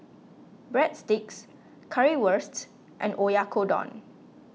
Breadsticks Currywurst and Oyakodon